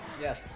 Yes